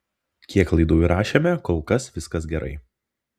kiek laidų įrašėme kol kas viskas gerai